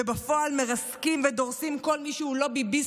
ובפועל מרסקים ודורסים כל מי שהוא לא ביביסט,